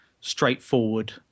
straightforward